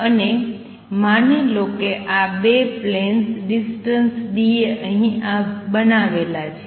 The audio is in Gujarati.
અને માની લો કે આ ૨ પ્લેન્સ ડિસ્ટન્સ d એ અહીં બનાવેલા છે